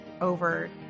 over